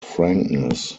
frankness